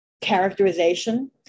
characterization